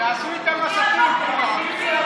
מהבוקר מפיצים שקרים.